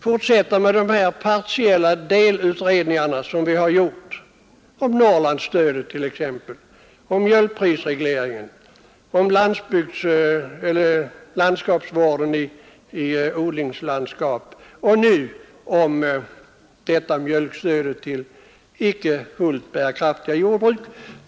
Fortsätt med de partiella delutredningarna såsom skett i fråga om Norrlandsstödet, mjölkprisregleringen, landskapsvården i odlingslandskap och nu om mjölkprisstöd till icke fullt bärkraftiga jordbruk!